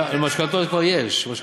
במשכנתאות כבר יש.